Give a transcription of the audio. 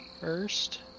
first